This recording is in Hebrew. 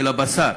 של הבשר,